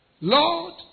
Lord